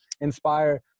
inspire